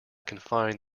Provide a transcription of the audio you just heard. confide